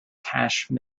cache